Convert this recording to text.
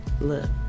Look